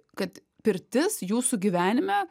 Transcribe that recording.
kad pirtis jūsų gyvenime